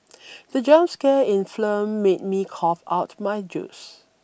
the jump scare in film made me cough out my juice